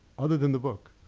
other than the book,